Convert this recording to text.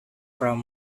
from